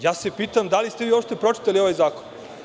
Ja se pitam – da li ste vi uopšte pročitali ovaj zakon?